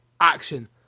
action